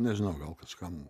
nežinau gal kažkam